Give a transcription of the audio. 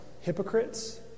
hypocrites